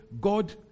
God